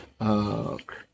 Okay